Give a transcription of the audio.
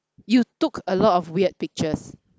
you took a lot of weird pictures